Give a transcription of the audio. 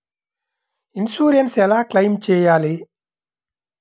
Insurance ఎలా claim చేయాలి?